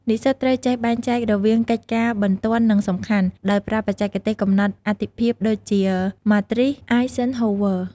និស្សិតត្រូវចេះបែងចែករវាងកិច្ចការបន្ទាន់និងសំខាន់ ដោយប្រើបច្ចេកទេសកំណត់អាទិភាពដូចជា ម៉ាទ្រីស អាយហ្សិនហូវ័រ (Matrice Eisenhower)។